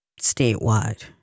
statewide